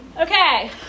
Okay